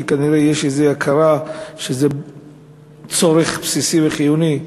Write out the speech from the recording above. כי כנראה יש איזושהי הכרה שזה צורך בסיסי וחיוני.